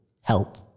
help